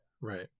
right